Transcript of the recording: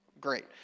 great